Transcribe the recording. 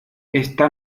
está